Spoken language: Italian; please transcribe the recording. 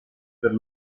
per